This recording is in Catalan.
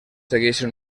segueixen